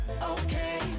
okay